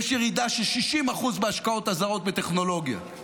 יש ירידה של 60% בהשקעות הזרות בטכנולוגיה.